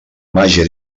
màgia